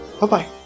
Bye-bye